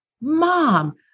mom